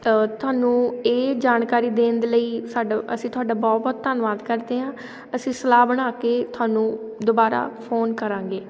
ਤੁਹਾਨੂੰ ਇਹ ਜਾਣਕਾਰੀ ਦੇਣ ਦੇ ਲਈ ਸਾਡਾ ਅਸੀਂ ਤੁਹਾਡਾ ਬਹੁਤ ਬਹੁਤ ਧੰਨਵਾਦ ਕਰਦੇ ਹਾਂ ਅਸੀਂ ਸਲਾਹ ਬਣਾ ਕੇ ਤੁਹਾਨੂੰ ਦੁਬਾਰਾ ਫ਼ੋਨ ਕਰਾਂਗੇ